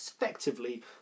effectively